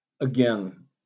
again